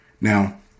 Now